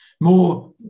more